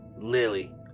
Lily